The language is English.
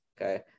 Okay